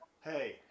Hey